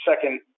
second